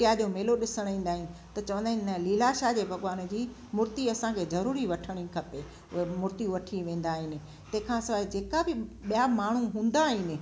कुटिया जो मेलो ॾिसण ईंदा आहिनि त चवंदा आहिनि लीलाशाह जे भॻवान जी मुर्ति असांखे ज़रूरी वठिणी खपे उहे मुर्तियूं वठी वेंदा आहिनि तंहिं खां सवाइ जे का बि ॿिया माण्हू हूंदा आहिनि